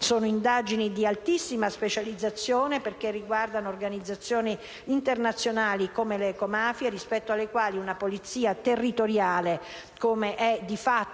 con indagini di altissima specializzazione, perché riguardano organizzazioni internazionali, come le ecomafie, rispetto alle quali una polizia territoriale, come di fatto